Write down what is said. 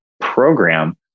program